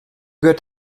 gehört